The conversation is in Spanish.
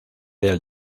del